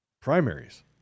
primaries